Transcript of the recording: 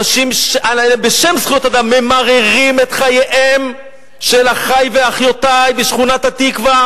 אנשים שבשם זכויות אדם ממררים את חייהם של אחי ואחיותי בשכונת-התקווה,